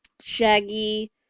shaggy